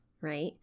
right